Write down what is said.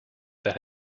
that